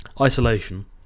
isolation